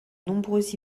nombreux